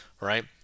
right